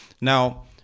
Now